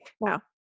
Now